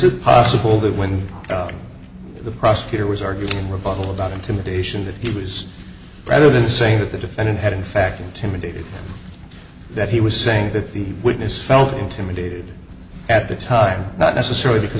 it possible that when the prosecutor was arguing revival about intimidation that it was rather than saying that the defendant had in fact intimidated that he was saying that the witness felt intimidated at the time not necessarily because